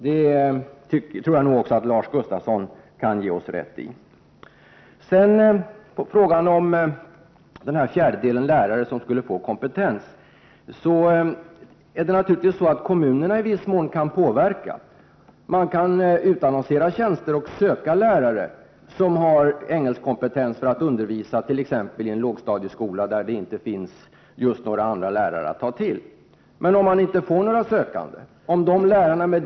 Det tror jag nog också Lars Gustafsson kan ge oss rätt i. Beträffande den fjärdedel av lärarna som skulle få kompetens är det naturligtvis så, att kommunerna själva i viss mån kan påverka förhållandena. Man kan utannonsera tjänster och söka lärare som har kompetens för att t.ex. undervisa i engelska i en lågstadieskola där det inte finns några andra lärare att ta till. Men hur skall den enskilda skolstyrelsen kunna påverka förhållandena om det inte finns några sökande?